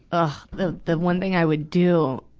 ah the, the one thing i would do,